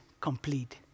complete